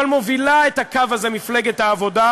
אבל מובילה את הקו הזה מפלגת העבודה,